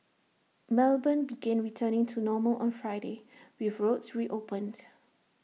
melbourne began returning to normal on Friday with roads reopened